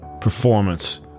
performance